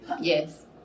Yes